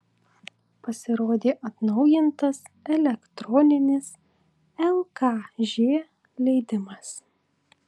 pasirodė atnaujintas elektroninis lkž leidimas